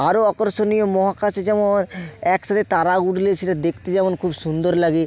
আরও আকর্ষণীয় মহাকাশে যেমন একসাথে তারা উঠলে সেটা দেখতে যেমন খুব সুন্দর লাগে